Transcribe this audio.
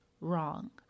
wrong